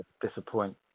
disappoint